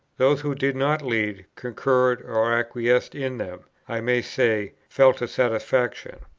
those who did not lead, concurred or acquiesced in them i may say, felt a satisfaction.